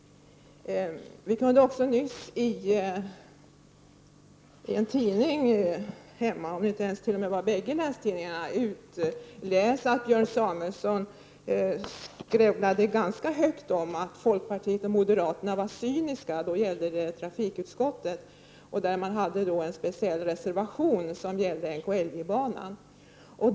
Vi kunde också nyligen i en tidning hemma, eller om det t.o.m. var i båda länstidningarna, läsa att Björn Samuelson skrävlat ganska högt om att folkpartiet och moderaterna var cyniska. Då handlade det om trafikutskottet och en speciell reservation som gällde NKIJ-banan.